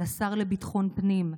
לשר לביטחון פנים,